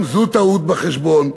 גם זו טעות בחשבון.